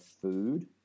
food